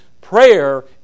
Prayer